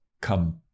come